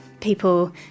people